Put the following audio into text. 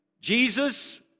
Jesus